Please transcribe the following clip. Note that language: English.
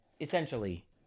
essentially